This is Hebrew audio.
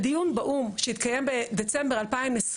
בדיון באו"ם שהתקיים בדצמבר 2020,